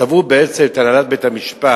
תבעו בעצם את הנהלת בית-המשפט,